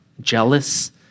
jealous